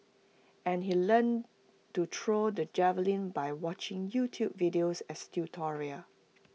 and he learnt to throw the javelin by watching YouTube videos as tutorial